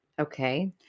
Okay